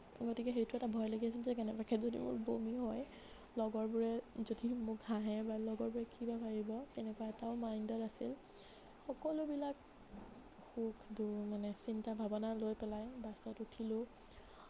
গতিকে সেইটো এটা ভয় লাগি আছিল যে কেনেবাকে যদি মোৰ বমি হয় লগৰবোৰে যদি মোক হাঁহে বা লগৰবোৰে কি বা ভাবিব তেনেকুৱা এটা মাইণ্ডত আছিল সকলোবিলাক সুখ দু মানে চিন্তা ভাৱনা লৈ পেলাই বাছত উঠিলোঁ